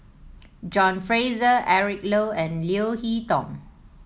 John Fraser Eric Low and Leo Hee Tong